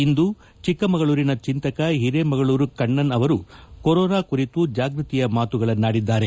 ಇಂದು ಚಿಕ್ಕಮಗಳೂರಿನ ಚಿಂತಕ ಹಿರೇಮಗಳೂರು ಕಣ್ಣನ್ ಅವರು ಕೊರೋನಾ ಕುರಿತು ಜಾಗೃತಿಯ ಮಾತುಗಳನ್ನಾಡಿದ್ದಾರೆ